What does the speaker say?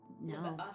No